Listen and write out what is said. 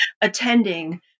attending